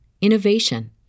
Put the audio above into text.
innovation